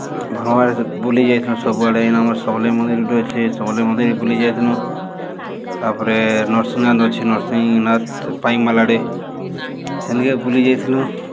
ଭ୍ରମଣରେ ବୁଲି ଯାଇଥିଲୁ ସବୁଆଡ଼େ ଇନ ଆମର୍ ସମଲେଇ ମନ୍ଦିର ଗୁଟେ ଅଛେ ସମଲେଇ ମନ୍ଦିର ବୁଲି ଯାଇଥିଲୁ ତା'ପରେ ନର୍ସିଂନାଥ ଅଛେ ନର୍ସିଂହନାଥ୍ ପାଇକ୍ମାଲ ଆଡ଼େ ସେନ୍କେ ବୁଲିଯାଇଥିଲୁ